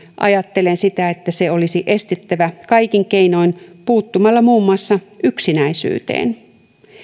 ajattelen että nuorten syrjäytyminen olisi estettävä kaikin keinoin puuttumalla muun muassa yksinäisyyteen